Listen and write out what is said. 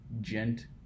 gent